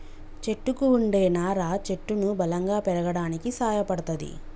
చెట్టుకు వుండే నారా చెట్టును బలంగా పెరగడానికి సాయపడ్తది